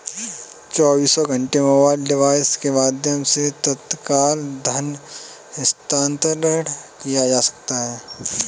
चौबीसों घंटे mobile device के माध्यम से तत्काल धन हस्तांतरण किया जा सकता है